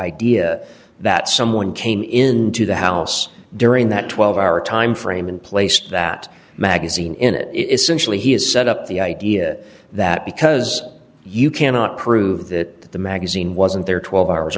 idea that someone came into the house during that twelve hour time frame and placed that magazine in it essentially he has set up the idea that because you cannot prove that the magazine wasn't there twelve hours